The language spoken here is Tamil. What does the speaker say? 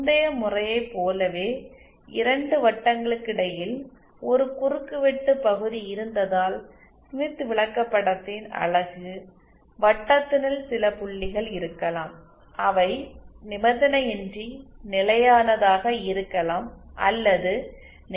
முந்தைய முறையை போலவே இரண்டு வட்டங்களுக்கிடையில் ஒரு குறுக்குவெட்டு பகுதி இருந்ததால் ஸ்மித் விளக்கப்படத்தின் யூனிட் வட்டத்தினுள் சில புள்ளிகள் இருக்கலாம் அவை நிபந்தனையின்றி நிலையானதாக இருக்கலாம் அல்லது நிலையான நிலையற்றதாக இருக்கலாம்